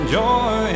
joy